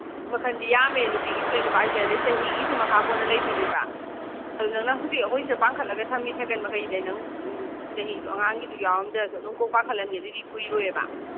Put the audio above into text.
ꯃꯈꯟꯗꯤ ꯌꯥꯝꯃꯦ ꯅꯨꯄꯤꯒꯤꯁꯨ ꯅꯨꯄꯥꯒꯤꯁꯨ ꯂꯩ ꯑꯗꯩ ꯆꯍꯤꯒꯤꯁꯨ ꯃꯈꯥ ꯄꯣꯟꯅ ꯂꯩꯗꯣꯏꯅꯦꯕ ꯑꯗꯨꯅ ꯅꯪ ꯁꯤ ꯑꯩꯈꯣꯏ ꯁꯤꯗ ꯄꯥꯡꯈꯠꯂꯒ ꯊꯝꯃꯤ ꯁꯥꯏꯀꯜ ꯃꯈꯩꯁꯦ ꯅꯪ ꯆꯍꯤ ꯑꯉꯥꯡꯒꯤꯗꯨ ꯌꯥꯎꯔꯝꯗ꯭ꯔꯁꯨ ꯑꯗꯨꯝ ꯀꯣꯛ ꯄꯥꯡꯈꯠꯍꯟꯒꯦ ꯑꯗꯨꯗꯤ ꯀꯨꯏꯔꯣꯏꯌꯦꯕ